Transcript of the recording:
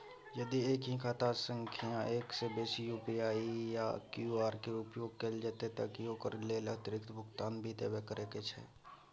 यदि एक ही खाता सं एक से बेसी यु.पी.आई या क्यू.आर के उपयोग कैल जेतै त की ओकर लेल अतिरिक्त भुगतान भी देबै परै छै?